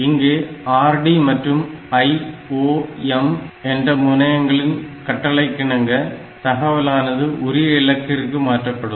இங்கே RD மற்றும் IOM என்ற முனைங்களின் கட்டளைக்கிணங்க தகவலானது உரிய இலக்கிற்கு மாற்றப்படும்